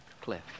Cliff